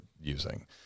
using